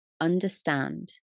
understand